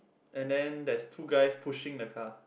and then there's two guys pushing the car